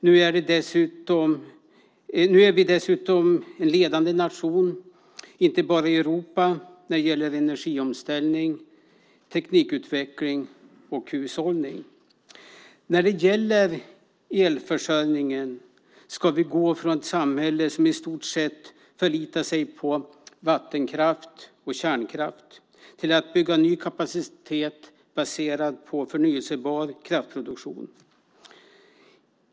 Nu är vi dessutom en ledande nation, inte bara i Europa, när det gäller energiomställning, teknikutveckling och hushållning. När det gäller elförsörjningen ska vi gå från ett samhälle som i stort sett förlitar sig på vattenkraft och kärnkraft till att bygga ny kapacitet baserad på förnybar kraftproduktion.